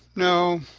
no,